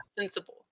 sensible